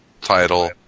title